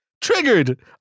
Triggered